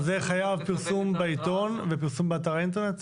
אז זה חייב פרסום בעיתון ופרסום באר האינטרנט?